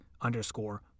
underscore